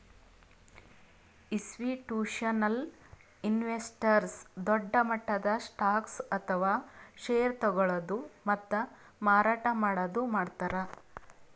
institutional investors ದೊಡ್ಡ್ ಮಟ್ಟದ್ stocks ಅಥವಾ ಷೇರ್ ತಗೋಳದು ಮತ್ತ್ ಮಾರಾಟ್ ಮಾಡದು ಮಾಡ್ತಾರ್